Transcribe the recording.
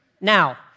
Now